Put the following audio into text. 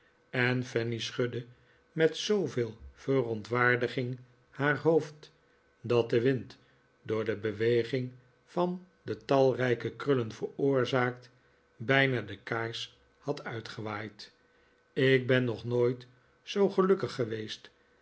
en fanny schudde met zooveel verontwaardiging haar hoofd dat de wind door de beweging van de talrijke krullen veroorzaakt bijna de kaars had uitgewaaid ik ben nog nooit zoo gelukkig geweest